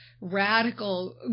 radical